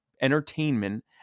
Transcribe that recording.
entertainment